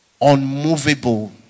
unmovable